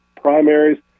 primaries